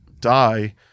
die